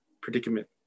predicament